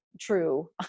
true